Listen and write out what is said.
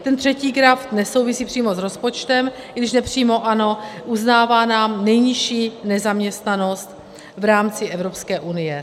Ten třetí graf nesouvisí přímo s rozpočtem, i když nepřímo ano, uznává nám nejnižší nezaměstnanost v rámci Evropské unie.